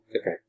Okay